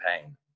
pain